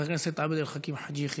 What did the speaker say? חבר הכנסת עבד אל חכים חאג' יחיא,